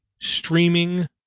streaming